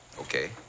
okay